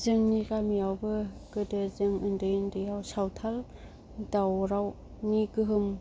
जोंनि गामियावबो गोदो जों उन्दै उन्दैयाव सावथाल दावरावनि गोहोम